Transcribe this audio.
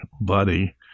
buddy